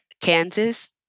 Kansas